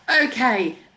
okay